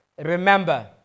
Remember